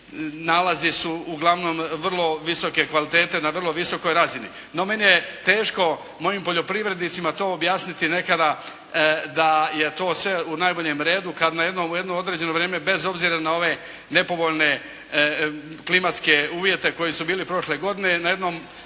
nalazi su uglavnom vrlo visoke kvalitete, na vrlo visokoj razini. No mene je teško, mojim poljoprivrednicima to objasniti nekada da je to sve u najboljem redu, kad na jednom u jedno određeno vrijeme bez obzira na ove nepovoljne klimatske uvjete koji su bili prošle godine, na jednom